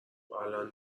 الان